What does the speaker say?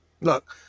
Look